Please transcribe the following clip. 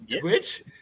Twitch